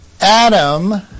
Adam